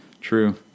True